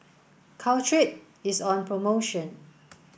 caltrate is on promotion